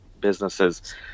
businesses